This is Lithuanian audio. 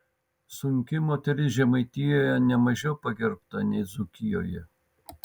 sunki moteris žemaitijoje ne mažiau pagerbta nei dzūkijoje